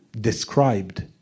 described